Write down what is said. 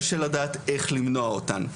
קשה לדעת איך למנוע אותם.